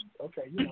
Okay